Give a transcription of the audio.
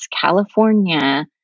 California